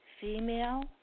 female